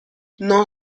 non